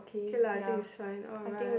okay lah I think is fine all right